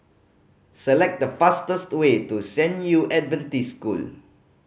select the fastest way to San Yu Adventist School